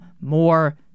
more